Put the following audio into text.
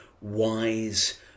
wise